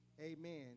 Amen